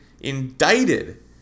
indicted